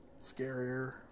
...scarier